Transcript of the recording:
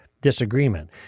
disagreement